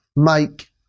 make